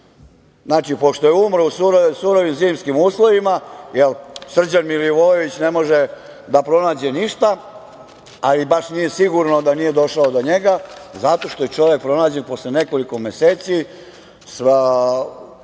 Znači, pošto je umro u surovim zimskim uslovima, jer Srđan Milivojević ne može da pronađe ništa, ali baš nije sigurno da nije došao do njega, zato što je čovek pronađen posle nekoliko meseci,